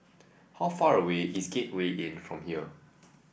how far away is Gateway Inn from here